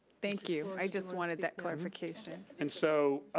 thank you. i just wanted that clarification. and so